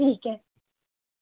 ٹھیک ہے